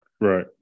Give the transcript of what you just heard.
Right